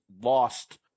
lost